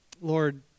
Lord